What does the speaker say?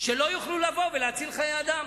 שלא יוכלו לבוא ולהציל חיי אדם.